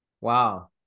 Wow